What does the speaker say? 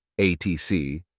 ATC